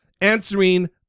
answering